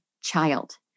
child